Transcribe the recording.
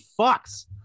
fucks